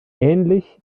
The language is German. ähnlich